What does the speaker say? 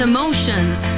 Emotions